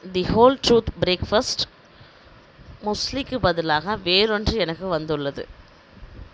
தி whole truth breakfast முஸ்லிக்குப் பதிலாக வேறொன்று எனக்கு வந்துள்ளது